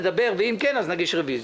נדבר, ואם כן אז נגיש רוויזיה.